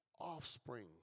offspring